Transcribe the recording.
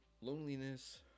Loneliness